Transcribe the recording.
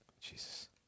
Jesus